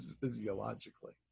physiologically